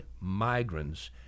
migrants